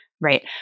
Right